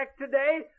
today